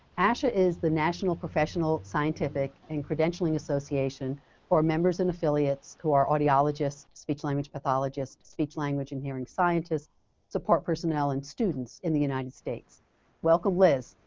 asha is the national professional scientific in credentialing association for members and affiliates who are audiologists, speech language pathologists, speech language and hearing sciences support personnel and students in the united states welcome, liz.